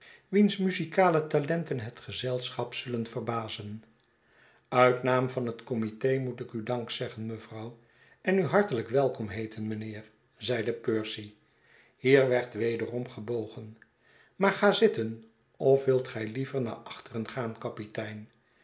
wiens muzikale talenten het gezelschap zullen verbazen uit naam van het committe moet ik u dank zeggen mevrouw en u hartelijk welkom heeten mijnheer zeide percy hier werd wederom gebogen maar gazitten of wilt gij liever naar achteren gaan kapitein